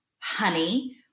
honey